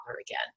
again